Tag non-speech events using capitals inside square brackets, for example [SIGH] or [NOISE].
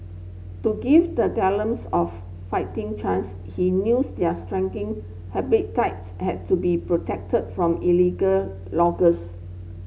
to give the [UNINTELLIGIBLE] of fighting chance he knew [UNINTELLIGIBLE] their shrinking habitats had to be protected from illegal loggers